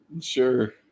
Sure